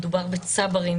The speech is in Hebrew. מדובר בצברים,